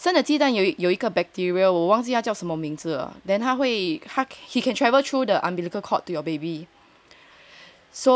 真的鸡蛋也有一个 bacteria 我忘记叫什么名字 then 他会 he can travel through the umbilical cord to your baby